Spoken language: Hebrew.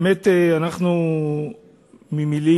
באמת, ממלים